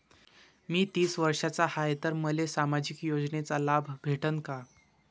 मी तीस वर्षाचा हाय तर मले सामाजिक योजनेचा लाभ भेटन का?